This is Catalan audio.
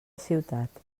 ciutat